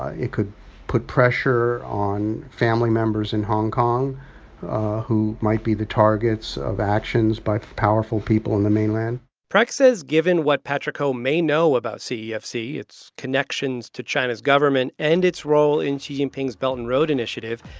ah it could put pressure on family members in hong kong who might be the targets of actions by powerful people in the mainland precht says given what patrick ho may know about cefc, its connections to china's government and its role in xi jingping's belt and road initiative,